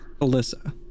Alyssa